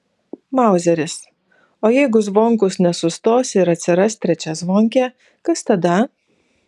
mauzeris o jeigu zvonkus nesustos ir atsiras trečia zvonkė kas tada